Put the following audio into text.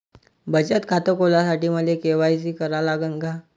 बचत खात खोलासाठी मले के.वाय.सी करा लागन का?